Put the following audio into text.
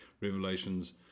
Revelations